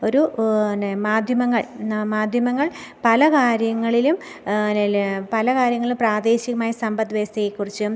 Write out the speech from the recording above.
ഒരു പിന്നെ മാധ്യമങ്ങൾ മാധ്യമങ്ങൾ പല കാര്യങ്ങളിലും അതിൽ പല കാര്യങ്ങളും പ്രാദേശികമായ സമ്പദ്വ്യവസ്ഥയെ കുറിച്ചും